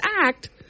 Act